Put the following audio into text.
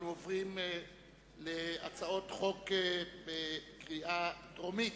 עוברים להצעות חוק בקריאה טרומית,